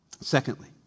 Secondly